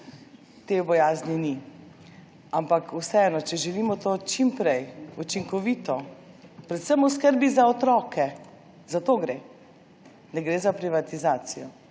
Te bojazni ni. Ampak vseeno, če želimo to čim prej, učinkovito, predvsem v skrbi za otroke, za to gre, ne gre za privatizacijo,